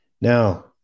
Now